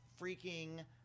freaking